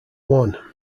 one